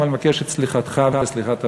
אבל אני מבקש את סליחתך וסליחת אביך,